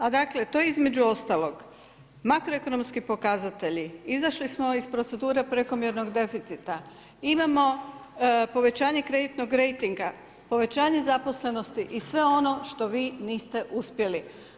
A dakle to je između ostalog, makroekonomski pokazatelji, izašli smo iz procedure prekomjernog deficita, imamo povećanje kreditnog rejtinga, povećanje zaposlenosti i sve ono što vi niste uspjeli.